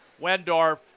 Wendorf